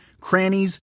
crannies